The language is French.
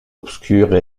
obscure